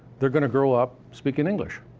they're gonna grow up speaking english.